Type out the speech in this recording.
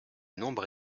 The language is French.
nombre